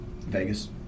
Vegas